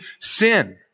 sin